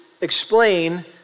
explain